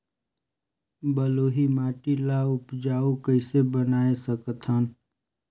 बलुही माटी ल उपजाऊ कइसे बनाय सकत हन?